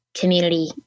community